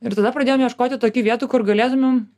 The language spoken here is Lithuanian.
ir tada pradėjom ieškoti tokių vietų kur galėtumėm